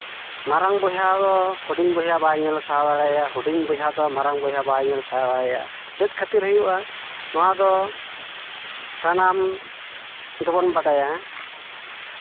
ᱢᱟᱨᱟᱝ ᱵᱚᱭᱦᱟ ᱫᱚ ᱦᱩᱰᱤᱧ ᱵᱚᱭᱦᱟ ᱵᱟᱭ ᱧᱮᱞ ᱥᱟᱦᱟᱣ ᱫᱟᱲᱮᱣᱟᱭᱟ ᱦᱩᱰᱤᱧ ᱵᱚᱭᱦᱟ ᱫᱚ ᱢᱟᱨᱟᱝ ᱵᱚᱭᱦᱟ ᱵᱟᱭ ᱧᱮᱞ ᱥᱟᱦᱟᱣ ᱫᱟᱲᱮᱣᱟᱭᱟ ᱪᱮᱫ ᱠᱷᱟᱹᱛᱤᱨ ᱦᱩᱭᱩᱜᱼᱟ ᱱᱚᱣᱟ ᱫᱚ ᱥᱟᱱᱟᱢ ᱜᱮᱵᱚᱱ ᱵᱟᱰᱟᱭᱟ